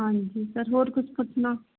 ਹਾਂਜੀ ਸਰ ਹੋਰ ਕੁਝ ਪੁੱਛਣਾ